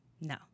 No